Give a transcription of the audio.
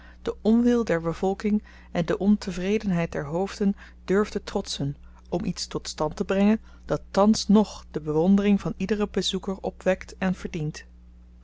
den onwil der bevolking en de ontevredenheid der hoofden durfde trotsen om iets tot stand te brengen dat thans nog de bewondering van iederen bezoeker opwekt en verdient